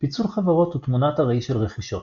פיצול חברות הוא תמונת הראי של רכישות.